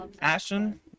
Ashton